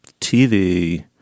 TV